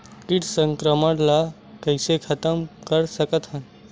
कीट संक्रमण ला कइसे खतम कर सकथन?